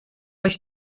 oes